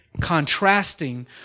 contrasting